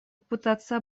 попытаться